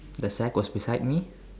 the sack was beside me